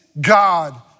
God